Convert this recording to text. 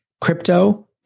crypto